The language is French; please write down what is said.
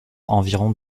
environ